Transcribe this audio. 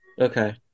Okay